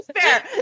fair